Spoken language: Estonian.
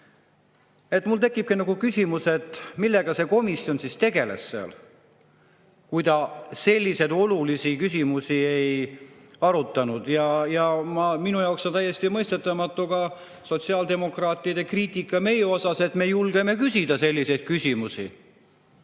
Mul tekibki küsimus, millega see komisjon siis tegeles seal, kui ta selliseid olulisi küsimusi ei arutanud. Ja minu jaoks on täiesti mõistetamatu ka sotsiaaldemokraatide kriitika meie kohta, et me julgeme küsida selliseid küsimusi.